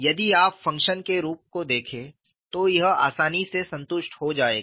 यदि आप फ़ंक्शन के रूप को देखें तो यह आसानी से संतुष्ट हो जाएगा